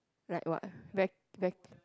like what va~ va~